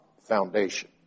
foundation